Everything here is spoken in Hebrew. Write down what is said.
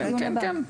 כן.